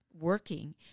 working